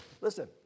listen